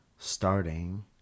Starting